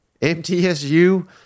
MTSU